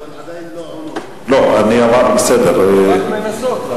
אפשר לנסות.